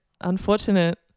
unfortunate